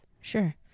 Sure